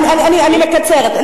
אני מקצרת.